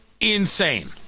insane